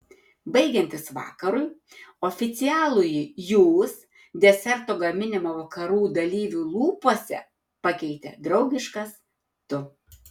baigiantis vakarui oficialųjį jūs deserto gaminimo vakarų dalyvių lūpose pakeitė draugiškas tu